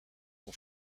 son